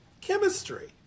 Chemistry